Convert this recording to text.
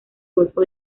golfo